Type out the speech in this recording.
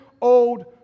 old